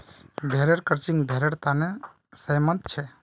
भेड़ेर क्रचिंग भेड़ेर तने सेहतमंद छे